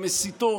המסיתות,